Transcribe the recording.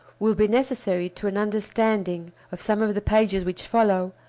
will be necessary to an understanding of some of the pages which follow,